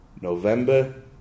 November